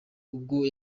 ubwo